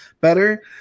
better